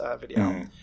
video